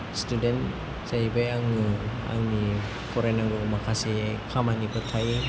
student जाहैबाय आङो आंनि फरायनांगौ माखासे खामानिफोर थायो